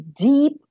deep